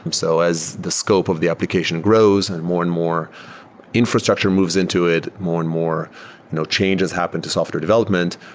um so as the scope of the application grows and more and more infrastructure moves into it, more and more you know changes happened to software development.